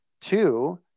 Two